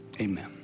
Amen